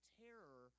terror